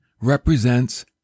represents